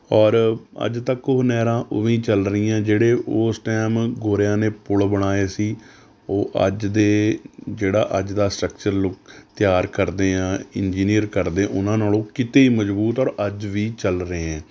ਔਰ ਅੱਜ ਤੱਕ ਉਹ ਨਹਿਰਾਂ ਉਵੀਂ ਚੱਲ ਰਹੀਆਂ ਜਿਹੜੇ ਉਸ ਟਾਈਮ ਗੋਰਿਆਂ ਨੇ ਪੁਲ ਬਣਾਏ ਸੀ ਉਹ ਅੱਜ ਦੇ ਜਿਹੜਾ ਅੱਜ ਦਾ ਸਟਰੱਕਚਰ ਲੁੱਕ ਤਿਆਰ ਕਰਦੇ ਹਾਂ ਇੰਜੀਨੀਅਰ ਕਰਦੇ ਉਹਨਾਂ ਨਾਲੋਂ ਕਿਤੇ ਮਜ਼ਬੂਤ ਔਰ ਅੱਜ ਵੀ ਚੱਲ ਰਹੇ ਹੈ